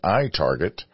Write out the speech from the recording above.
itarget